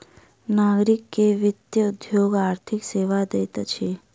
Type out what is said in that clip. नागरिक के वित्तीय उद्योग आर्थिक सेवा दैत अछि